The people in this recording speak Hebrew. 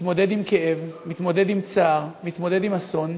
מתמודד עם כאב, מתמודד עם צער, מתמודד עם אסון.